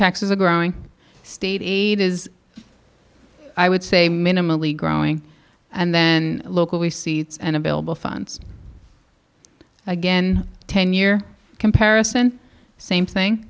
taxes are growing state aid is i would say minimally growing and then local receipts and available funds again ten year comparison same thing